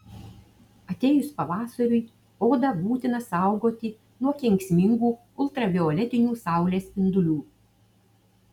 atėjus pavasariui odą būtina saugoti nuo kenksmingų ultravioletinių saulės spindulių